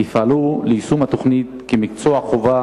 יפעלו ליישום התוכנית כמקצוע חובה